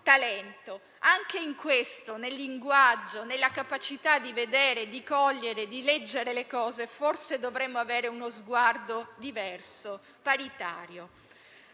Anche in questo, nel linguaggio, nella capacità di vedere, di cogliere, di leggere le cose, forse dovremmo avere uno sguardo diverso, paritario.